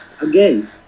Again